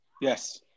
Yes